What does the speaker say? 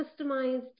customized